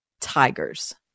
tigers